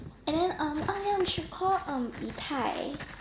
and then um ya we should call um Yi-Tai